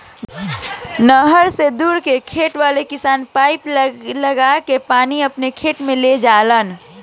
नहर से दूर के खेत वाला किसान पाइप लागा के पानी आपना खेत में ले जालन